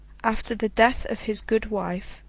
after the death of his good wife,